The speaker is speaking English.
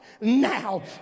now